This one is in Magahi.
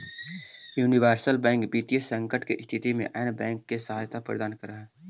यूनिवर्सल बैंक वित्तीय संकट के स्थिति में अन्य बैंक के सहायता प्रदान करऽ हइ